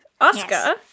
oscar